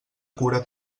cura